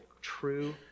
true